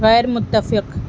غیر متفق